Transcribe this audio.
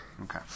Okay